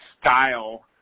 style